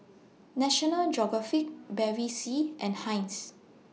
National Geographic Bevy C and Heinz